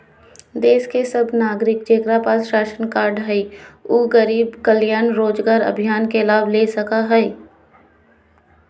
देश के सब नागरिक जेकरा पास राशन कार्ड हय उ गरीब कल्याण रोजगार अभियान के लाभ ले सको हय